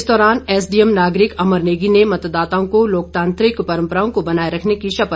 इस दौरान एसडीएम नागरिक अमर नेगी ने मतदाताओं को लोकतांत्रिक परम्पराओं को बनाए रखने की शपथ दिलवाई